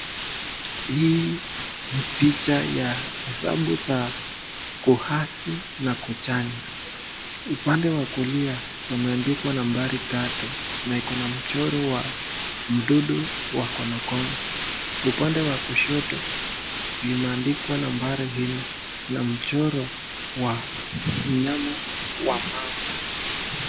Hii ni picha ya hesabu za kuhazi na kuchanja ,upande wa kulia imeandikwa nambari tatu na iko na mchoro wa mdudu wa konokono. Upande wa kushoto imeandikwa nambari nne na mchoro wa mnayama wa mamba.